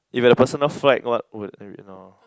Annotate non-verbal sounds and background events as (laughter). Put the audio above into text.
if you have a personal flag what would (noise)